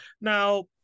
now